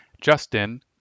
justin